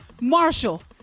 Marshall